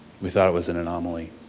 we thought it was an anomaly.